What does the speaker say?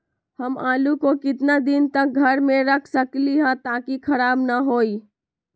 हम आलु को कितना दिन तक घर मे रख सकली ह ताकि खराब न होई?